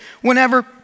whenever